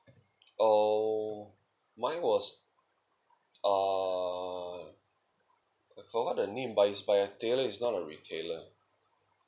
oh mine was ah I forgot the name but it's by a tailor it's not a retailer